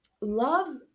Love